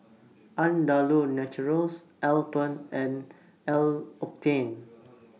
Andalou Naturals Alpen and L'Occitane